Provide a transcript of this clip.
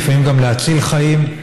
ולפעמים גם להציל חיים.